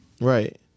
right